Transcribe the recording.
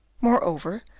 Moreover